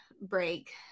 break